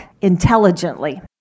intelligently